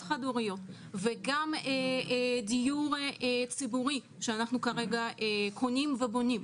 חד-הוריות; גם לדיור ציבורי שאנחנו קונים ובונים.